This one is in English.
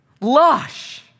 lush